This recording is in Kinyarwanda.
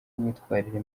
imyitwarire